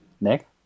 Nick